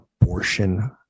abortion